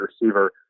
receiver